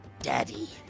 Daddy